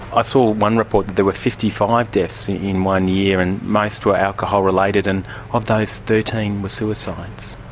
i saw one report that there were fifty five deaths in one year and most were alcohol related, and of those, thirteen were suicides.